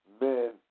men